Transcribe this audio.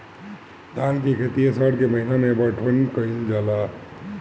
धान के खेती आषाढ़ के महीना में बइठुअनी कइल जाला?